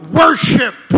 worship